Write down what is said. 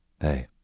Hey